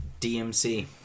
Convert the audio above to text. DMC